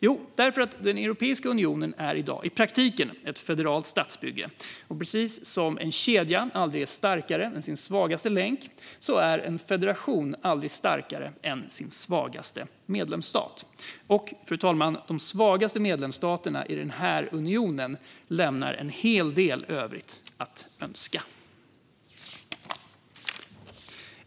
Jo, därför att Europeiska unionen i dag i praktiken är ett federalt statsbygge. Precis som en kedja aldrig är starkare än sin svagaste länk är en federation aldrig starkare än sin svagaste medlemsstat. Och, fru talman, de svagaste medlemsstaterna i den här unionen lämnar en hel del övrigt att önska.